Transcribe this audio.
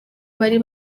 bari